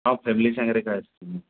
ହଁ ଫ୍ୟାମିଲି ସାଙ୍ଗରେ ଏକା ଆସିବି